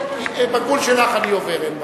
בגבול שלך אני עובר, אין בעיה.